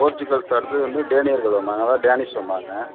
Portugals அடுத்தது வந்து டேனியர்கள் வந்தாங்க அதாவது டேனிஷ் வந்தாங்க